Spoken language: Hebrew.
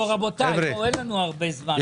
רבותיי, אין לנו הרבה זמן.